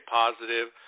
positive